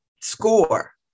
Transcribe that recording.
Score